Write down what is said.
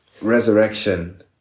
resurrection